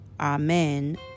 Amen